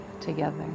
together